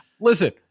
listen